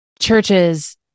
churches